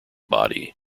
body